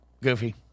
goofy